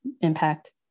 impact